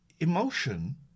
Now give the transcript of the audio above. emotion